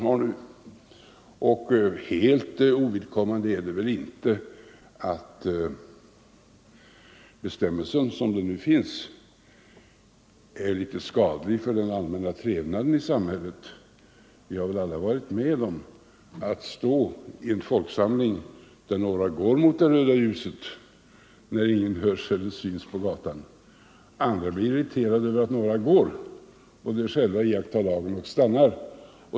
Helt ovidkommande är det väl inte att bestämmelsen sådan den nu finns är skadlig för den allmänna trevnaden i samhället. Vi har väl alla varit med om att stå i en folksamling, där några går mot det röda ljuset när inget fordon höres eller synes på gatan. Andra blir irriterade över att några går, medan de själva iakttar lagen och stannar.